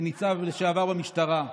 כניצב לשעבר במשטרה,